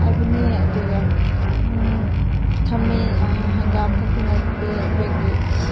ꯍꯥꯏꯕꯅꯦ ꯑꯗꯨꯒ ꯈꯥꯃꯦꯟ ꯍꯪꯒꯥꯝꯈꯛꯇ ꯅꯠꯇꯦ ꯑꯩꯈꯣꯏꯒꯤ